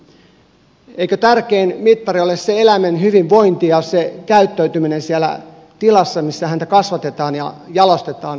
eikö tärkein mittari ole se eläimen hyvinvointi ja käyttäytyminen siellä tilassa missä häntä kasvatetaan ja jalostetaan ja pidetään